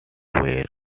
were